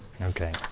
Okay